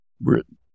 Britain